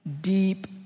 deep